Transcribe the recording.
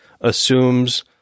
assumes